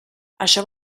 això